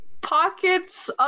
pockets